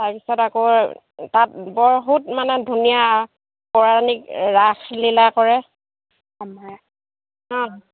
তাৰপিছত আকৌ তাত বহুত মানে ধুনীয়া পৌৰাণিক ৰাসলীলা কৰে